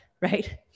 right